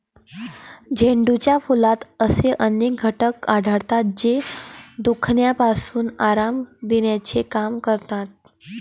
झेंडूच्या फुलात असे अनेक घटक आढळतात, जे दुखण्यापासून आराम देण्याचे काम करतात